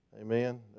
Amen